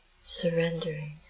surrendering